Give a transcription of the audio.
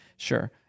Sure